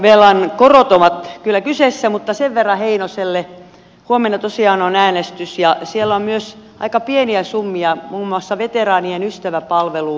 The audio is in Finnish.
valtionvelan korot ovat kyllä kyseessä mutta sen verran heinoselle että huomenna tosiaan on äänestys ja siellä on myös aika pieniä summia muun muassa veteraanien ystäväpalveluun